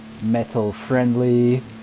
metal-friendly